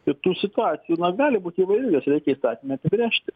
tai tų situacijų na gali būt įvairių jas reikia įstatyme apibrėžti